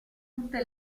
tutte